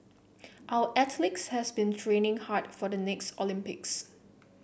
our athletes have been training hard for the next Olympics